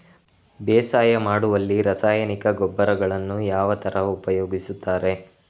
ಬೇಸಾಯ ಮಾಡುವಲ್ಲಿ ರಾಸಾಯನಿಕ ಗೊಬ್ಬರಗಳನ್ನು ಯಾವ ತರ ಉಪಯೋಗಿಸುತ್ತಾರೆ?